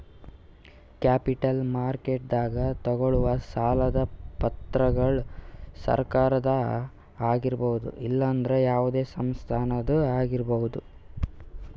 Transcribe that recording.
capital ಮಾರ್ಕೆಟ್ದಾಗ್ ತಗೋಳವ್ ಸಾಲದ್ ಪತ್ರಗೊಳ್ ಸರಕಾರದ ಆಗಿರ್ಬಹುದ್ ಇಲ್ಲಂದ್ರ ಯಾವದೇ ಸಂಸ್ಥಾದ್ನು ಆಗಿರ್ಬಹುದ್